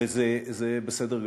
וזה בסדר גמור.